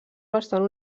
bastant